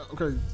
okay